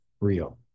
real